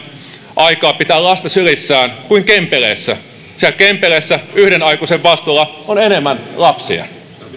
aikaa pitää lasta sylissään kuin kempeleessä sillä kempeleessä yhden aikuisen vastuulla on enemmän lapsia